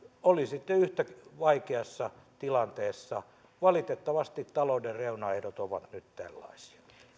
olisitte yhtä vaikeassa tilanteessa valitettavasti talouden reunaehdot ovat nyt tällaisia